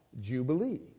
Jubilee